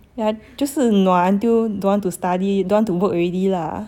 就是 nua until don't want to study don't want to work already lah